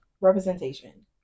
representation